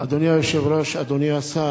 אדוני היושב-ראש, אדוני השר,